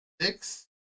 six